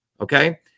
okay